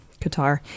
Qatar